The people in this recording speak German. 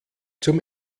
zum